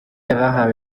abahawe